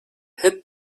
hid